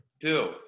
Two